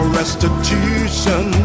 restitution